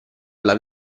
alla